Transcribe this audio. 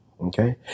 Okay